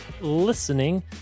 listening